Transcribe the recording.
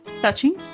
touching